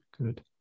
Good